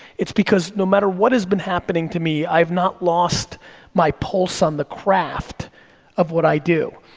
it's because no matter what has been happening to me, i've not lost my pulse on the craft of what i do.